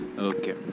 Okay